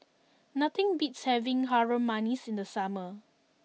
nothing beats having Harum Manis in the summer